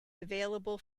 available